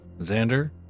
Xander